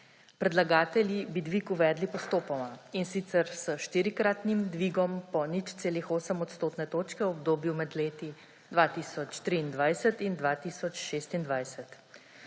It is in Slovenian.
Predlagatelji bi dvig uvedli postopoma, in sicer s štirikratnim dvigom po 0,8 odstotne točke v obdobju med leti 2023 in 2026.